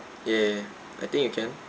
yeah yeah I think you can